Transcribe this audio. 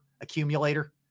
accumulator